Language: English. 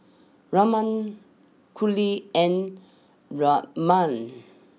Raman Gauri and Ramnath